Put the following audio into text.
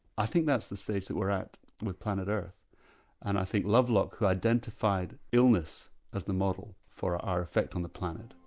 i think that's the stage that we're at with planet earth and i think lovelock, who identified illness as the model for our effect on the planet,